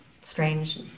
strange